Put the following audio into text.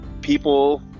people